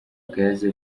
gas